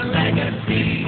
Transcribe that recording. legacy